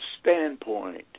standpoint